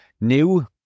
new